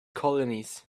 colonies